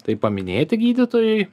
tai paminėti gydytojui